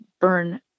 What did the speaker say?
burn